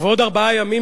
ובעוד ארבעה ימים,